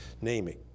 naming